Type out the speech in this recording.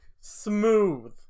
smooth